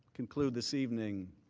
conclude this evening